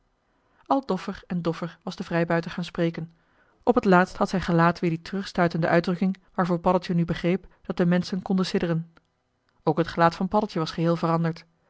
al doffer en doffer was de vrijbuiter gaan spreken op het laatst had zijn gelaat weer die terugstuitende uitdrukking waarvoor paddeltje nu begreep dat de menschen konden sidderen ook het gelaat van paddeltje was geheel veranderd